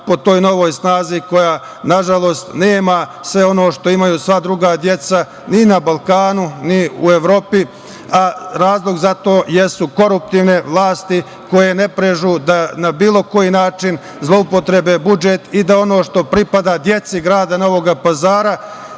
po toj novoj snazi koja nažalost nema sve ono što imaju sva druga deca ni na Balkanu, ni u Evropi, a razlog za to jesu koruptivne vlasti koje ne prezaju da na bilo koji način zloupotrebe budžet i da ono što pripada deci grada Novog Pazara